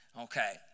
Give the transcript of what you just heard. okay